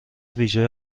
ویژه